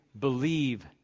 believe